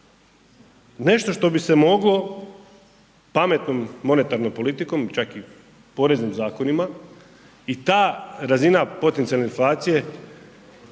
Nešto što bi se moglo pametnom monetarnom politikom, čak i poreznim zakonima i ta razina potencijalne inflacije